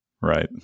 Right